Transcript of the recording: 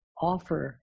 offer